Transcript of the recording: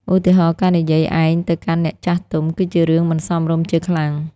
ឧទាហរណ៍ ការនិយាយ ឯង ទៅកាន់អ្នកចាស់ទុំ គឺជារឿងមិនសមរម្យជាខ្លាំង។